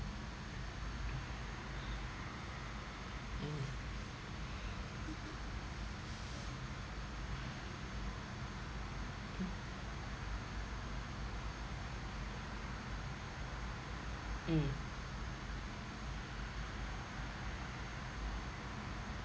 mm mm